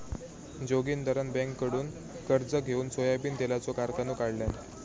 जोगिंदरान बँककडुन कर्ज घेउन सोयाबीन तेलाचो कारखानो काढल्यान